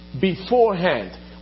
beforehand